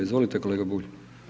Izvolite kolega Bulj.